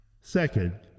Second